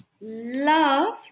love